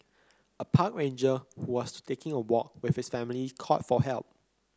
a park ranger who was taking a walk with his family called for help